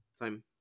time